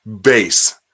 base